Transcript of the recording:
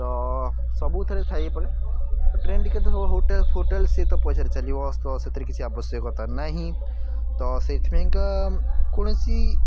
ତ ସବୁଥିରେ ଥାଇପାରେ ତ ଟ୍ରେନ୍ଟି କେତେ ହେବ ହୋଟେଲ୍ ଫୋଟେଲ୍ ସିଏତ ପଇସାରେ ଚାଲିବ ତ ସେଥିରେ କିଛି ଆବଶ୍ୟକତା ନାହିଁ ତ ସେଇଥିପାଇଁକା କୌଣସି